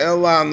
Ela